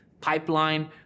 pipeline